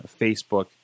Facebook